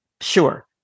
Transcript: sure